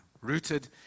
Rooted